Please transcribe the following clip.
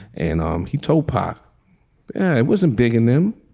and um he towpath and wasn't big in them.